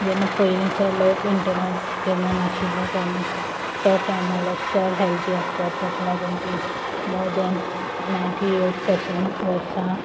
जेन्ना पयलींचो लोक इंटरनॅट जेन्ना नाशिल्लें तेन्ना तो टायमा लोक चोड हेल्थी आसतात ताक लागोन तीं मोर धेन नायन्टी इयर्ज पासून वोर्सां